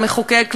המחוקק,